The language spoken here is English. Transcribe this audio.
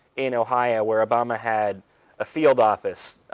in ohio where obama had a field office,